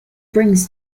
brings